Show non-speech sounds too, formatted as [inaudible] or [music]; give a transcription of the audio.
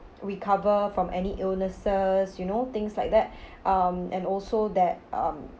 recover from any illnesses you know things like that [breath] um and also that um